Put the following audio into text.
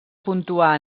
puntuar